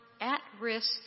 at-risk